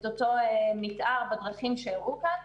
את אותו מתאר בדרכים שהראו כאן,